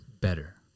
better